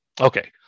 okay